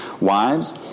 Wives